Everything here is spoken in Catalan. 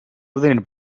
obtenir